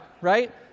right